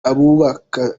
abubaka